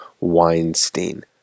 Weinstein